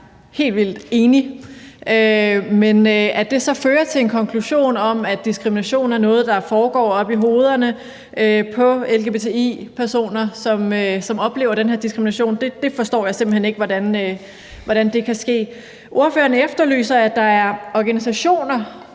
helt vildt enig, men at det så fører til en konklusion om, at diskrimination er noget, der foregår oppe i hovederne på lgbti-personer, som oplever den her diskrimination, forstår jeg simpelt hen ikke hvordan kan ske. Ordføreren efterlyser, at der er organisationer,